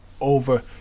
over